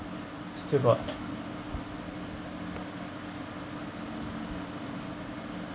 still got